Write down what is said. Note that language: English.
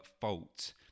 fault